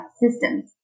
systems